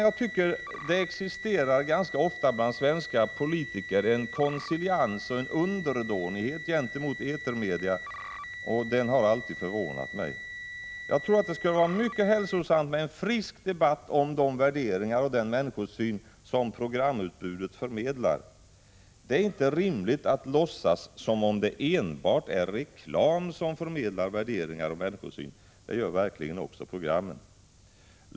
Jag tycker att det bland svenska politiker ganska ofta existerar en konsilians och en underdånighet gentemot etermedia. Det har alltid förvånat mig. Jag tror att det skulle vara mycket hälsosamt med en frisk debatt om de värderingar och den människosyn programutbudet förmedlar. Det är inte rimligt att låtsas som om det enbart är reklam som förmedlar värderingar och människosyn. Det gör verkligen också programmen.